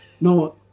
no